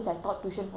so